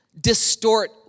distort